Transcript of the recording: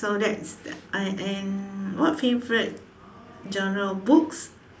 so that's the uh and what favourite genre books